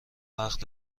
وقت